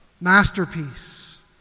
masterpiece